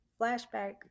flashback